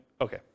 Okay